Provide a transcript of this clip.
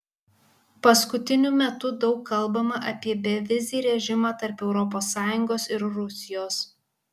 paskutiniu metu daug kalbama apie bevizį režimą tarp europos sąjungos ir rusijos